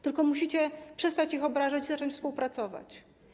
Tylko musicie przestać ją obrażać i zacząć współpracować.